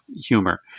humor